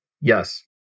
Yes